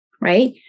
right